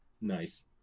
Nice